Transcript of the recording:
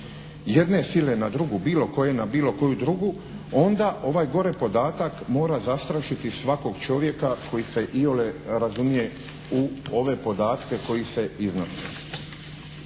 jedne sile na drugu, bilo koje na bilo koju drugu, onda ovaj gore podatak mora zastrašiti svakog čovjeka koji se iole razumije u ove podatke koji se iznose.